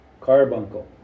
carbuncle